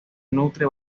nutre